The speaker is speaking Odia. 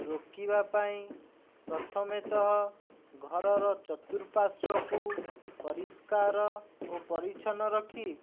ରୋକିବା ପାଇଁ ପ୍ରଥମତଃ ଘରର ଚତୁଃପାର୍ଶ୍ୱକୁ ପରିଷ୍କାର ଓ ପରିଛନ୍ନ ରଖି